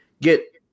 get